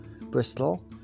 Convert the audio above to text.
Bristol